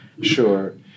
sure